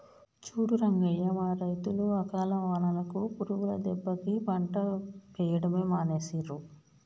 చూడు రంగయ్య మన రైతులు అకాల వానలకు పురుగుల దెబ్బకి పంట వేయడమే మానేసిండ్రు